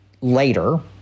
later